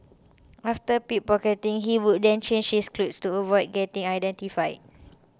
after pick pocketing he would then change his clothes to avoid getting identified